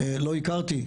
לא הכרתי,